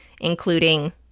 including